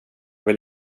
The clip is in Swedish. vill